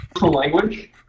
language